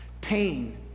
Pain